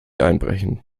einbrechen